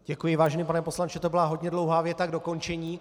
Děkuji, vážený pane poslanče, to byla hodně dlouhá věta k dokončení.